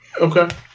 Okay